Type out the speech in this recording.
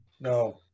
no